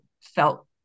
felt